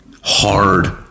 hard